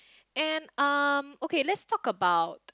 and um okay let's talk about